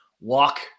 walk